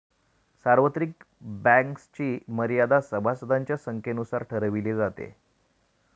सार्वत्रिक बँक्सची मर्यादा सभासदांच्या संख्येनुसार ठरवली जाते